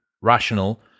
rational